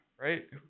Right